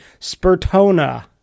Spertona